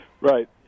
Right